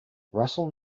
russell